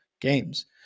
games